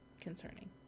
concerning